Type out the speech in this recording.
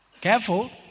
Careful